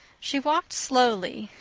she walked slowly,